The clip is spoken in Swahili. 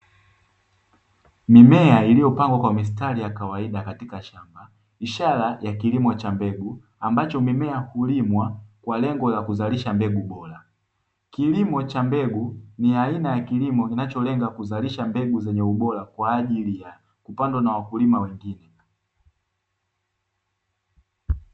Mimea iliyopangwa kwa mistari ya kawaida katika shamba ishara ya kilimo cha mbegu ambacho mimea hulimwa kwa lengo la kuzalisha mbegu bora, kilimo cha mbegu ni aina ya kilimo kinacholenga kuzalisha mbegu zenye ubora kwa ajili ya kupandwa na wakulima wengine.